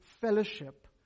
fellowship